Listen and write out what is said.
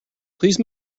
please